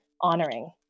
honoring